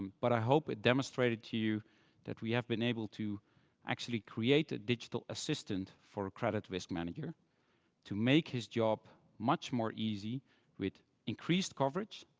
but i hope it demonstrated to you that we have been able to actually create a digital assistant for a credit risk manager to make his job much more easy with increased coverage,